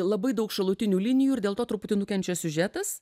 labai daug šalutinių linijų ir dėl to truputį nukenčia siužetas